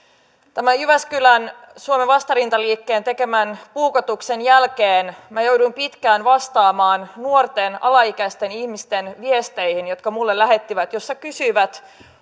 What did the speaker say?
tämän jyväskylän suomen vastarintaliikkeen tekemän puukotuksen jälkeen minä jouduin pitkään vastaamaan nuorten alaikäisten ihmisten viesteihin joita he minulle lähettivät joissa kysyivät